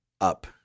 up